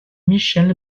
michèle